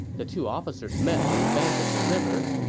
the two officers met on the bank of the river,